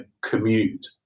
commute